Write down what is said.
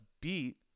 beat